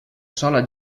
sola